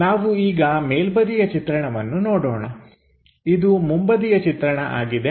ನಾವು ಈಗ ಮೇಲ್ಬದಿಯ ಚಿತ್ರಣವನ್ನು ನೋಡೋಣ ಇದು ಮುಂಬದಿಯ ಚಿತ್ರಣ ಆಗಿದೆ